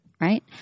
right